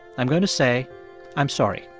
i'm going to say i'm sorry